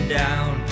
down